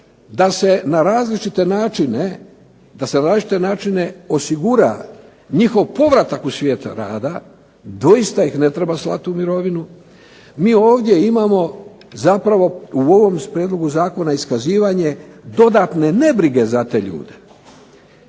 da se na različite načine osigura njihov povratak u svijet rada, doista ih ne treba slati u mirovinu, mi imamo u ovom Prijedlogu zakona iskazivanje dodatne nebrige za te ljude.